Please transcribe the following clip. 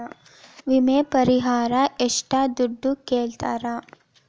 ವಿಮೆ ಪರಿಹಾರ ಎಷ್ಟ ದುಡ್ಡ ಕೊಡ್ತಾರ?